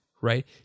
right